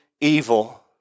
evil